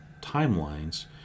timelines